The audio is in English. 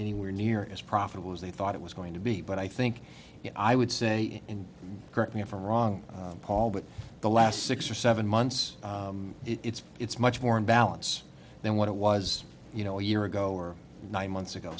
anywhere near as profitable as they thought it was going to be but i think i would say and correct me if i'm wrong paul but the last six or seven months it's it's much more in balance than what it was you know a year ago or nine months ago